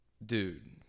dude